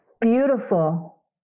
Beautiful